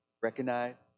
recognize